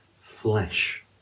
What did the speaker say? flesh